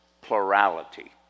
plurality